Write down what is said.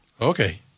Okay